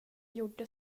gjorde